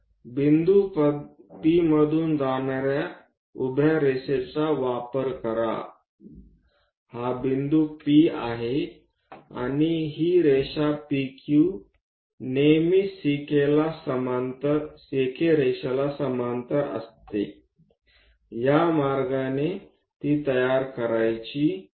बिंदू P मधून जाणाऱ्या उभ्या रेषेचा वापर करा हा बिंदू P आहे आणि ही रेषा PQ नेहमी CK रेषेला समांतर असते ह्या मार्गाने ती तयार करायची आहे